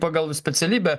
pagal specialybę